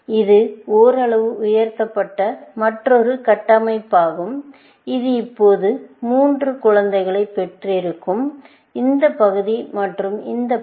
இது ஓரளவு உயர்த்தப்பட்ட மற்றொரு கட்டமைப்பாகும் இது இப்போது மூன்று குழந்தைகளைப் பெற்றிருக்கும் இந்த பகுதி மற்றும் இந்த பகுதி